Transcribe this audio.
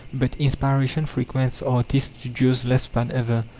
but inspiration frequents artists' studios less than ever.